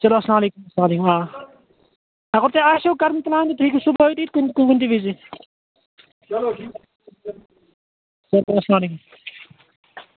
چلو اَسلام علیکُم سلام علیکُم آ اگر تۄہہِ آسٮ۪و کَرُن پُلان تۅہہِ گژھوٕ باڈی کُنہِ تہِ وِزِ چلو اسلام علیکُم